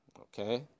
okay